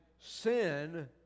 sin